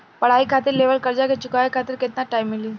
पढ़ाई खातिर लेवल कर्जा के चुकावे खातिर केतना टाइम मिली?